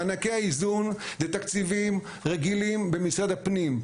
מענקי האיזון הם תקציבים רגילים במשרד הפנים.